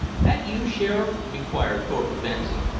that you, shearer? inquired thorpe advancing.